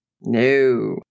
No